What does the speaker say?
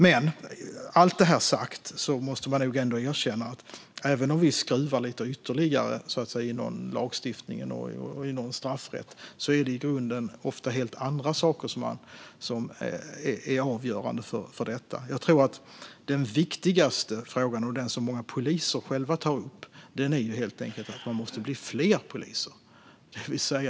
Med allt detta sagt måste man nog ändå erkänna att även om vi skruvar lite ytterligare i någon lagstiftning och inom straffrätten är det i grunden ofta helt andra saker som är avgörande för detta. Jag tror att det viktigaste - det är det som många poliser själva tar upp - är att det måste bli fler poliser.